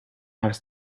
harus